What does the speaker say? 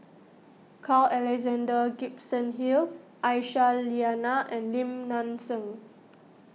Carl Alexander Gibson Hill Aisyah Lyana and Lim Nang Seng